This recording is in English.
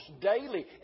daily